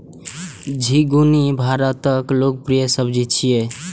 झिंगुनी भारतक लोकप्रिय सब्जी छियै